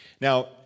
Now